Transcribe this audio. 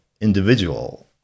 individual